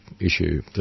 issue